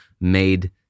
made